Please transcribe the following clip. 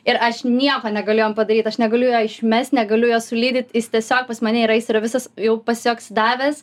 ir aš nieko negalėjom padaryt aš negaliu jo išmest negaliu jo sulydyt jis tiesiog pas mane yra jis yra visas jau pasioksidavęs